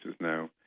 now